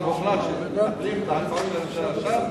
אבל הוחלט שמטפלים בהצעות הממשלה שם,